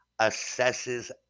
assesses